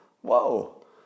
whoa